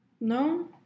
No